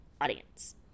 audience